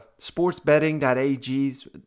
sportsbetting.ag's